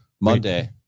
Monday